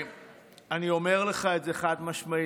ואני אומר לך את זה חד-משמעית,